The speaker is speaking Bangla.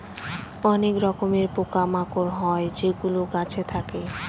অনেক রকমের পোকা মাকড় হয় যেগুলো গাছে থাকে